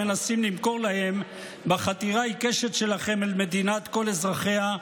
מנסים למכור להם בחתירה העיקשת שלכם אל מדינת כל אזרחיה,